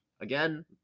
again